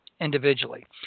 individually